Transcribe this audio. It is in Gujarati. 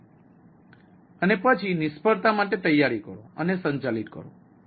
અને પછી નિષ્ફળતા માટે તૈયારી કરો અને સંચાલિત કરો